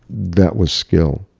that was skill.